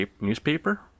newspaper